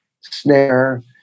snare